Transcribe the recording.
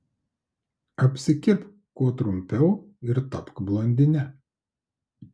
apsikirpk kuo trumpiau ir tapk blondine